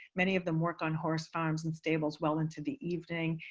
many of them work on horse farms and stables well into the evening,